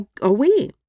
away